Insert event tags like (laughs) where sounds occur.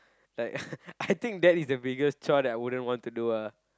like (laughs) I think that is the biggest chore that I wouldn't want to do ah